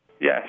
Yes